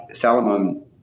Salomon